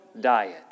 diet